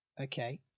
Okay